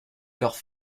corps